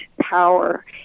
power